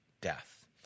death